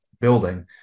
building